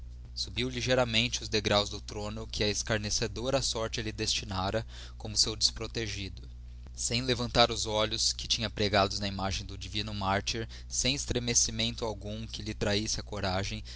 subiu ligeiramente os degraus do throno que a escarnecedora sorte lhe destinara como seu desprotegido sem levantar os olhos que tinha pregados na imagem do divino martyr sem estremecimento algum que trahisse a coragem